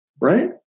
Right